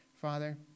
Father